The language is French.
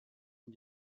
une